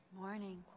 morning